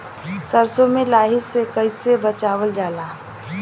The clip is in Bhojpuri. सरसो में लाही से कईसे बचावल जाई?